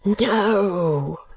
No